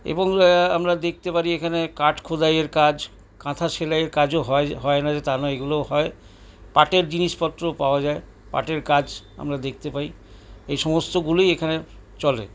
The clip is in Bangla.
এবং আমরা দেখতে পারি এখানে কাঠ খোদাইয়ের কাজ কাঁথা সেলাইয়ের কাজও হয় হয় না যে তা নয় এগুলোও হয় পাটের জিনিসপত্র পাওয়া যায় পাটের কাজ আমরা দেখতে পাই এই সমস্তগুলিই এখানে চলে